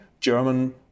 German